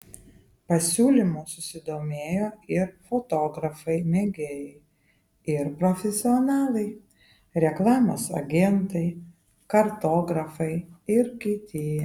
pasiūlymu susidomėjo ir fotografai mėgėjai ir profesionalai reklamos agentai kartografai ir kiti